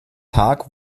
tag